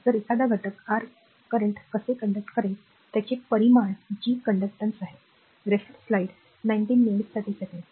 तर एखादा घटक r चालू कसे करेल त्याचे परिमाण G कंडक्टरन्स आहे